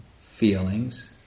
feelings